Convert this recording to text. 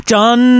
John